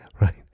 right